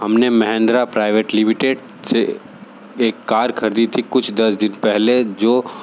हमने Mahindra private limited से एक कार खरीदी थी कुछ दस दिन पहले जो